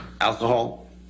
alcohol